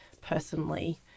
personally